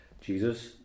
Jesus